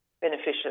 beneficial